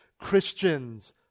Christians